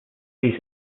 seat